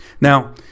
now